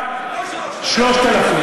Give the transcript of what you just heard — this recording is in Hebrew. לפני 5,000. 3,000,